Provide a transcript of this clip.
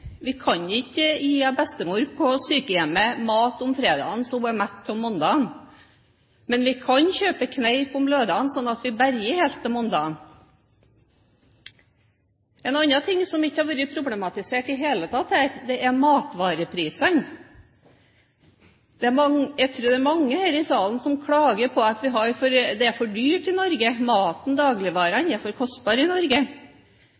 Vi kan ikke gi bestemor på sykehjemmet mat på fredagen så hun er mett til mandagen, men vi kan kjøpe kneipp på lørdagen, slik at vi berger oss helt til mandagen. En annen ting, som ikke har vært problematisert i det hele tatt her, er matvareprisene. Jeg tror det er mange her i salen som klager på at det er for dyrt i Norge, maten og dagligvarene er for kostbare i Norge.